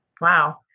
Wow